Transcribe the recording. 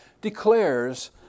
declares